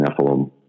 Nephilim